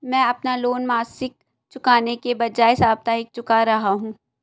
मैं अपना लोन मासिक चुकाने के बजाए साप्ताहिक चुका रहा हूँ